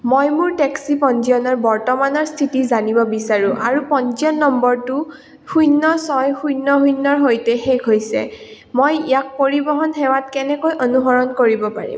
মই মোৰ টেক্সি পঞ্জীয়নৰ বৰ্তমানৰ স্থিতি জানিব বিচাৰোঁঁ আৰু পঞ্জীয়ন নম্বৰটো শূন্য ছয় শূন্য শূন্যৰ সৈতে শেষ হৈছে মই ইয়াক পৰিবহণ সেৱাত কেনেকৈ অনুসৰণ কৰিব পাৰিম